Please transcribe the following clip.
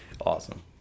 Awesome